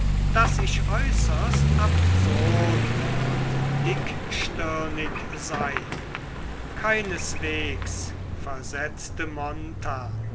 daß ich äußerst absurd und dickstirnig sei keineswegs versetzte